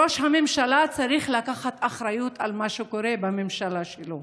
ראש הממשלה צריך לקחת אחריות על מה שקורה בממשלה שלו.